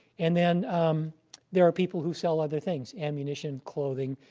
and then there are people who sell other things, ammunition, clothing,